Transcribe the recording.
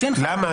למה?